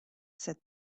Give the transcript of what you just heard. said